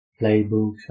playbooks